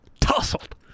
tussled